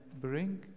bring